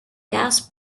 gas